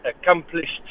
accomplished